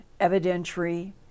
evidentiary